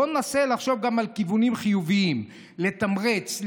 בוא וננסה לחשוב גם על כיוונים חיוביים: לתמרץ,